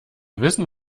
wissen